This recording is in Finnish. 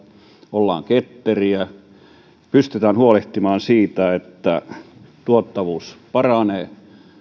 ollaan ketteriä ja pystytään huolehtimaan siitä että tuottavuus paranee